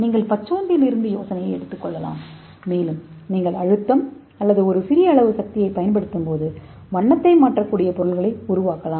நீங்கள் பச்சோந்தியிலிருந்து யோசனையை எடுத்துக் கொள்ளலாம் மேலும் நீங்கள் அழுத்தம் அல்லது ஒரு சிறிய அளவு சக்தியைப் பயன்படுத்தும்போது வண்ணத்தை மாற்றக்கூடிய பொருட்களை உருவாக்கலாம்